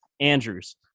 Andrews